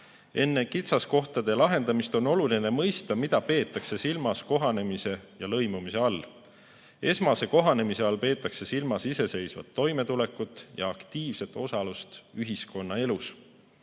Enne kitsaskohtade lahendamist on oluline mõista, mida peetakse silmas kohanemise ja lõimumise all. Esmase kohanemise all peetakse silmas iseseisvat toimetulekut ja aktiivset osalust ühiskonnaelus.